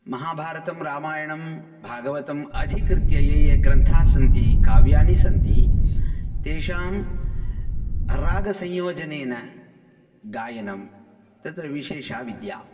महाभारतं रामायणं भागवतम् अधिकृत्य ये ये ग्रन्थाः सन्ति काव्यानि सन्ति तेषां रागसंयोजनेन गायनं तत्र विशेषा विद्या